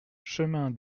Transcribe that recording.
chemin